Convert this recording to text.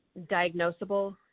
diagnosable